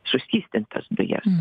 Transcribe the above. suskystintas dujas